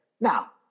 now